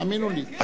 תאמינו לי.